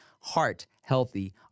heart-healthy